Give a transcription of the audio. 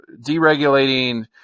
deregulating